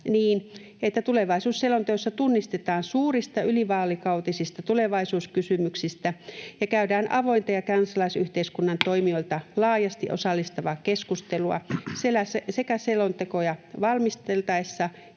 niin, että tulevaisuusselonteossa tunnistetuista suurista, ylivaalikautisista tulevaisuuskysymyksistä käydään avointa ja kansalaisyhteiskunnan toimijoita laajasti osallistavaa keskustelua sekä selontekoja valmisteltaessa